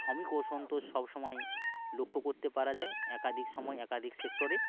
শ্রমিক অসন্তোষ সব সময়ই লক্ষ্য করতে পারা যায় একাধিক সময়ে একাধিক সেক্টরে